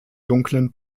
dunklen